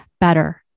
better